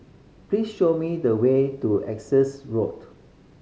please show me the way to Essex Road